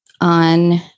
on